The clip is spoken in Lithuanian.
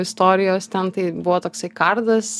istorijos ten tai buvo toksai kardas